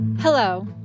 Hello